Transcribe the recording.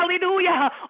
hallelujah